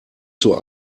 zur